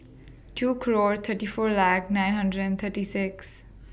two Clock thirty four laugh nine hundred and thirty six